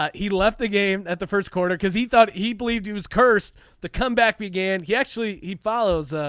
um he left the game at the first quarter because he thought he believed he was kirst the comeback began. he actually he follows.